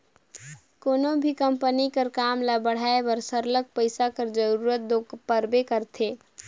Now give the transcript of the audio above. कोनो भी कंपनी कर काम ल बढ़ाए बर सरलग पइसा कर जरूरत दो परबे करथे